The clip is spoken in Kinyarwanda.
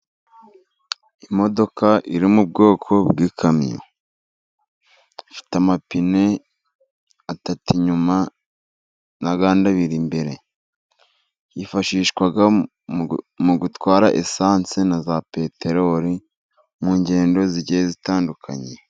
Imodoka iri mu bwoko bw'ikamyo, ifite amapine atatu inyuma n'ayandi abiri imbere, yifashishwa mu gutwara esanse na za peteroli mu ngendo zigiye zitandukanye.